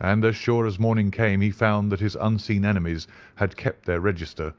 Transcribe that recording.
and as sure as morning came he found that his unseen enemies had kept their register,